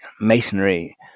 masonry